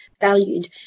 valued